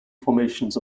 formations